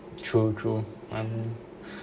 true true um